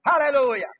hallelujah